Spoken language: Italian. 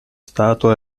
stato